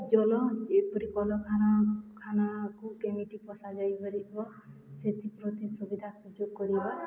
ଜଳ ଏପରି କଲଖାନାଖାନାକୁ କେମିତି ପଶା ଯାଇପାରିବ ସେଥିପ୍ରତି ସୁବିଧା ସୁଯୋଗ କରିବା